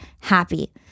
happy